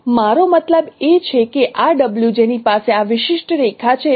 મારો મતલબ એ છે કે આ w જેની પાસે આ વિશિષ્ટ રેખા છે